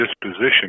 disposition